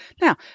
now